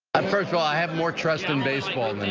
um first of all i have more trust in baseball